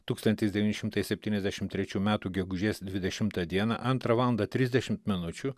tūkstantis devyni šimtai septyniasdešim trečių metų gegužės dvidešimtą dieną antrą valandą trisdešimt minučių